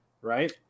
right